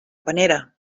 panera